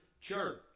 church